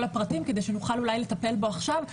הפרטים כדי שנוכל אולי לטפל בו עכשיו,